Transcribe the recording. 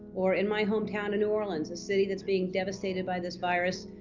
or in my hometown of new orleans, a city that's being devastated by this virus,